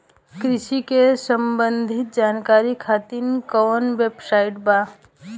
कृषि से संबंधित जानकारी खातिर कवन वेबसाइट बा?